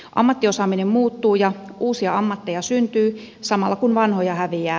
ammattiosaaminen muuttuu ja uusia ammatteja syntyy samalla kun vanhoja häviää